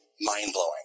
mind-blowing